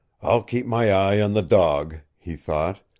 i'll keep my eye on the dog, he thought.